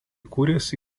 kūrėsi